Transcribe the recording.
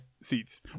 seats